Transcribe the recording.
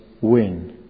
win